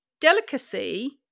delicacy